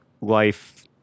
life